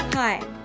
Hi